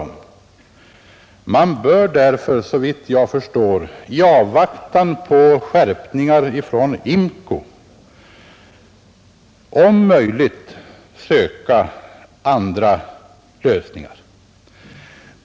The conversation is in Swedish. Man bör därför, såvitt jag förstår, i avvaktan på skärpningar från IMCO om möjligt söka andra lösningar.